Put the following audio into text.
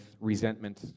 resentment